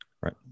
Right